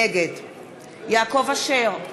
נגד יעקב אשר,